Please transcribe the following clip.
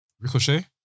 Ricochet